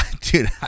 dude